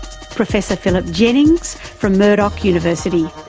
professor philip jennings from murdoch university.